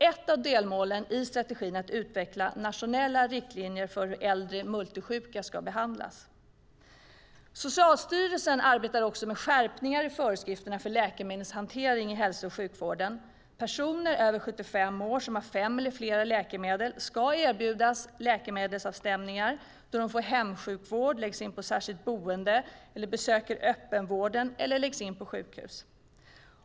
Ett av delmålen i strategin är att utveckla nationella riktlinjer för hur äldre multisjuka ska behandlas. Socialstyrelsen arbetar också med skärpningar i föreskrifterna för läkemedelshantering i hälso och sjukvården. Personer över 75 år som har fem eller fler läkemedel ska erbjudas läkemedelsavstämningar då de får hemsjukvård, läggs in på särskilt boende, besöker öppenvården eller läggs in på sjukhus.